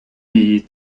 die